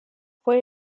fue